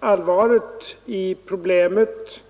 allvaret i problemet.